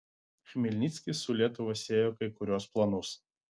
chmelnickis su lietuva siejo kai kuriuos planus